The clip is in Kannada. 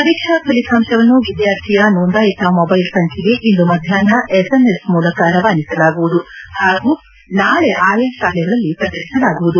ಪರೀಕ್ಷಾ ಫಲಿತಾಂಶವನ್ನು ವಿದ್ಯಾರ್ಥಿಯ ನೋಂದಾಯಿತ ಮೊಬೈಲ್ ಸಂಖ್ಯೆಗೆ ಇಂದು ಮಧ್ಯಾಹ್ನ ಎಸ್ಎಂಎಸ್ ಮೂಲಕ ರವಾನಿಸಲಾಗುವುದು ಹಾಗೂ ನಾಳೆ ಆಯಾ ಶಾಲೆಗಳಲ್ಲಿ ಪ್ರಕಟಿಸಲಾಗುವುದು